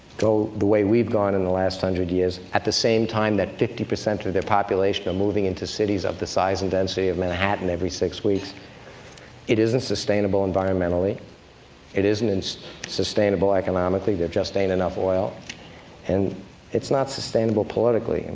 go the way we've gone in the last hundred years at the same time that fifty percent of their population are moving into cities of the size and density of manhattan, every six weeks it isn't sustainable environmentally it isn't sustainable economically there just ain't enough oil and it's not sustainable politically. and